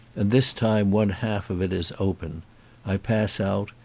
and this time one half of it is open i pass out,